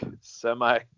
semi